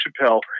Chappelle